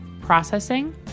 processing